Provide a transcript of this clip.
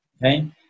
Okay